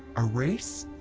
a race?